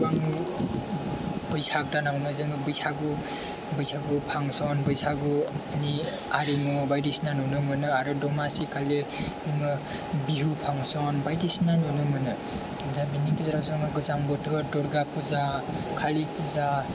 गोबां बैसाग दानावनो जोङो बैसागु बैसागु फांशन बैसागुनि बायदिसिना आरिमु नुनोमोनो आरो दमासि खालि जोङो बिहु फांशन बायदिसिना नुनोमोनो दा बिनि गेजेराव जोङो गोजां बोथोर दुर्गा फुजा कालि फुजा